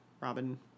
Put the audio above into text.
Robin